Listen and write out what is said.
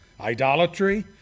idolatry